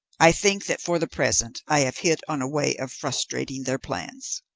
i think that for the present i have hit on a way of frustrating their plans.